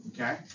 Okay